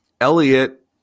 Elliot